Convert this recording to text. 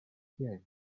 kial